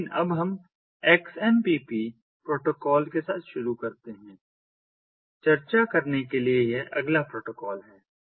लेकिन अब हम XMPPएक्स एम पी पी प्रोटोकॉल के साथ शुरू करते हैं चर्चा करने के लिए यह अगला प्रोटोकॉल है